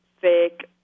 fake